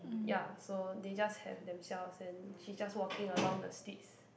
ya so they just have themselves and she just walking along the streets